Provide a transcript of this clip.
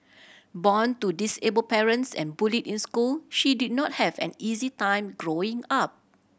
born to disabled parents and bullied in school she did not have an easy time growing up